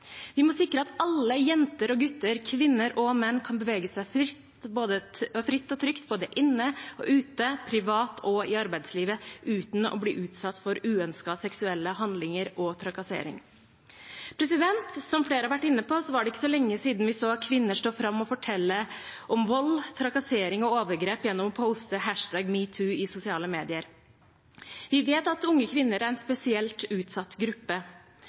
Vi må sikre at alle jenter og gutter, kvinner og menn kan bevege seg fritt og trygt både inne og ute, privat og i arbeidslivet, uten å bli utsatt for uønskede seksuelle handlinger og trakassering. Som flere har vært inne på, er det ikke så lenge siden vi så kvinner stå fram og fortelle om vold, trakassering og overgrep gjennom å poste «metoo» i sosiale medier. Vi vet at unge kvinner er en spesielt utsatt gruppe.